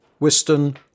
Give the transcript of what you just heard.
Wiston